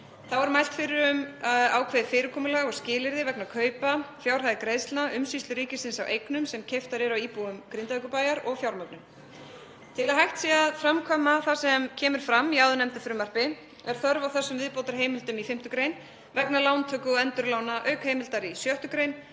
Þá er mælt fyrir um ákveðið fyrirkomulag og skilyrði vegna kaupa, fjárhæðir greiðslna, umsýslu ríkisins á eignum sem keyptar eru af íbúum Grindavíkurbæjar og fjármögnun. Til að hægt sé að framkvæma það sem kemur fram í áðurnefndu frumvarpi er þörf á þessum viðbótarheimildum í 5. gr. vegna lántöku og endurlána auk heimildar í 6. gr.